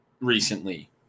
recently